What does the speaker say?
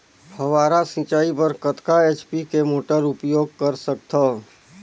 फव्वारा सिंचाई बर कतका एच.पी के मोटर उपयोग कर सकथव?